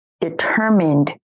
determined